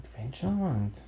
Adventureland